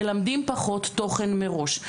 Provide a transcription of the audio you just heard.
מלמדים פחות תוכן מראש.